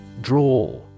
Draw